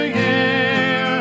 year